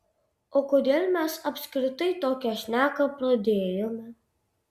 o kodėl mes apskritai tokią šneką pradėjome